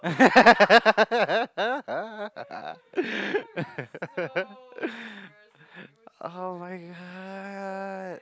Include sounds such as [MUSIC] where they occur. [LAUGHS] [oh]-my-god